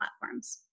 platforms